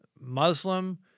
Muslim